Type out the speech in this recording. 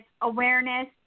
awareness